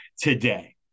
today